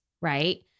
right